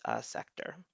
sector